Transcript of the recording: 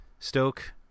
Stoke